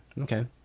Okay